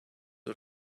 are